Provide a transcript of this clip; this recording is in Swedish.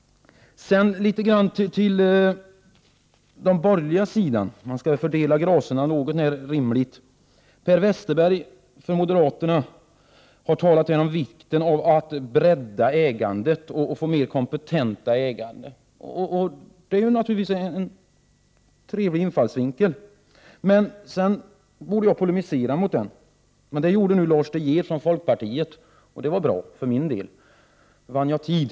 Sedan några ord till den borgerliga sidan — man skall ju fördela gracerna något så när rimligt. Per Westerberg från moderaterna har här talat om vikten av att bredda ägandet och få mer kompetenta ägare. Det är naturligtvis en trevlig infallsvinkel, men jag borde polemisera emot den. Nu gjorde emellertid Lars De Geer från folkpartiet det, och det var bra för min del, för därigenom vann jagtid.